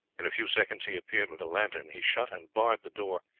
in a few seconds he appeared with a lantern. he shut and barred the door,